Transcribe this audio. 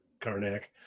Karnak